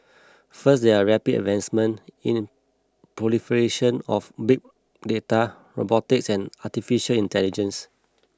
first there are rapid advancement in proliferation of big data robotics and Artificial Intelligence